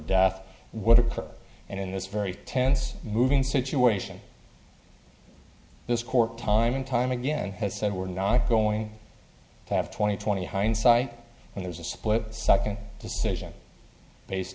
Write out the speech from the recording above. occur and in this very tense moving situation this court time and time again has said we're not going to have twenty twenty hindsight and there's a split second decision based